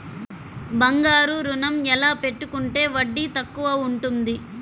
బంగారు ఋణం ఎలా పెట్టుకుంటే వడ్డీ తక్కువ ఉంటుంది?